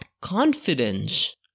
confidence